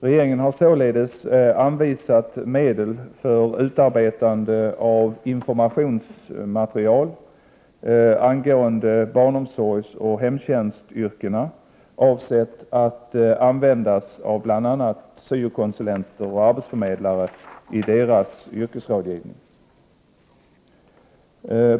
Regeringen har således anvisat medel för utarbetande av informationsmaterial angående barnomsorgsoch hemtjänstyrkena, avsett att användas av bl.a. syo-konsulenter och arbetsförmedlare i deras yrkesrådgivning.